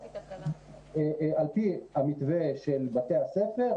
על פי המתווה של בתי הספר,